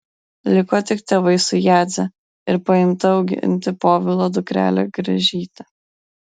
liko tik tėvai su jadze ir paimta auginti povilo dukrele gražyte